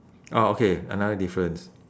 oh okay another difference